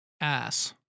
Ass